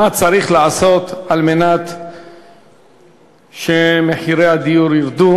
מה צריך לעשות על מנת שמחירי הדיור ירדו.